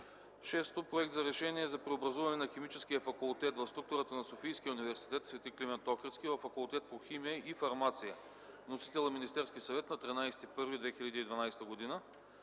г. 6. Проект за Решение за преобразуване на Химическия факултет в структурата на Софийския университет „Св. Климент Охридски” във Факултет по химия и фармация. Вносител – Министерският съвет, 13 януари 2012 г.